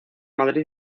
madrid